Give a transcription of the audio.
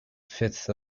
fifth